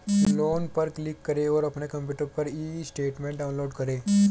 loan पर click करें और अपने कंप्यूटर पर ई स्टेटमेंट डाउनलोड करें